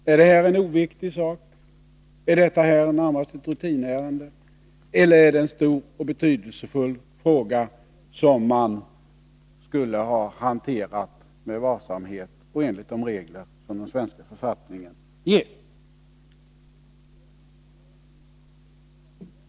Är det här en oviktig sak, närmast ett rutinärende? Eller är det en stor och betydelsefull fråga, som man borde ha hanterat med varsamhet och enligt de regler som den svenska författningen ger?